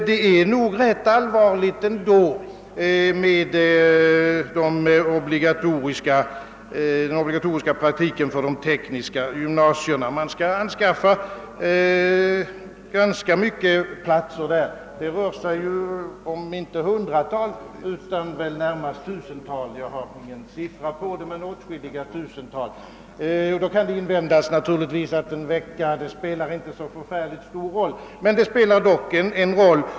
Det är nog ändå rätt allvarligt med den obligatoriska praktiken för de tekniska gymnasierna. Man skall anskaffa ganska många platser. Det rör sig inte om hundratal utan snarare om åtskilliga tusental; jag har ingen exakt sifferuppgift tillgänglig. Naturligtvis kan det invändas, att en vecka inte spelar så stor roll — men den spelar dock en viss roll.